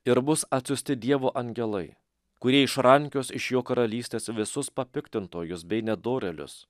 ir bus atsiųsti dievo angelai kurie išrankios iš jo karalystės visus papiktintojus bei nedorėlius